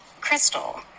Crystal